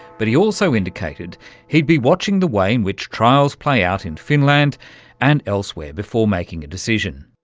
but he also indicated he'd be watching the way in which trials play out in finland and elsewhere before making a decision.